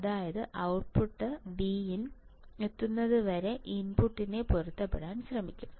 അതായത് ഔട്ട്പുട്ട് വിൻ എത്തുന്നതുവരെ ഇൻപുട്ടിനെ പൊരുത്തപ്പെടുത്താൻ ശ്രമിക്കും